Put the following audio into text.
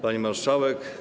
Pani Marszałek!